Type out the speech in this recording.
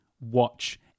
watch